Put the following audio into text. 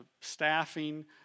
staffing